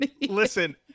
Listen